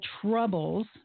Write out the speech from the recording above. troubles